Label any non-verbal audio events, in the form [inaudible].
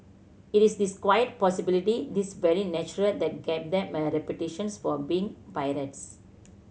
it is this quite [unintelligible] this very natural that gave them a reputations for being pirates